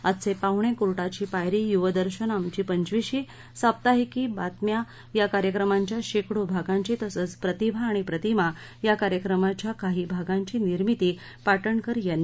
आजचे पाहणे कोर्टाची पायरी युवदर्शन आमची पंचविशी साप्ताहिकी बातम्या या कार्यक्रमांच्या शेकडो भागांची तसंच प्रतिभा आणि प्रतिमा या कार्यक्रमाच्या काही भागांची निर्मिती पाटणकर यांनी केली होती